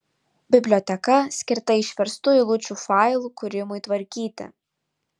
biblioteka skirta išverstų eilučių failų kūrimui tvarkyti